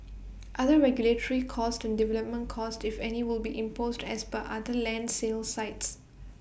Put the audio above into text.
other regulatory costs and development costs if any will be imposed as per other land sales sites